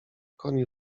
koni